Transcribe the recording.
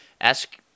ask